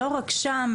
לא רק שם,